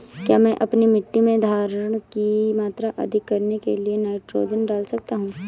क्या मैं अपनी मिट्टी में धारण की मात्रा अधिक करने के लिए नाइट्रोजन डाल सकता हूँ?